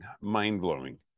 mind-blowing